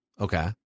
Okay